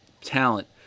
talent